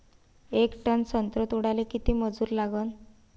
येक टन संत्रे तोडाले किती मजूर लागन?